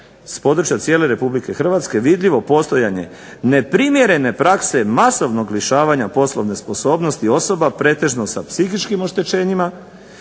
s područja cijele Republike Hrvatske vidljivo postojanje neprimjerene prakse masovnog lišavanja poslovne sposobnosti osoba pretežno sa psihičkim oštećenjima